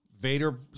Vader